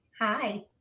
Hi